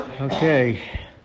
Okay